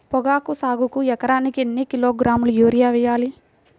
పొగాకు సాగుకు ఎకరానికి ఎన్ని కిలోగ్రాముల యూరియా వేయాలి?